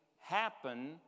happen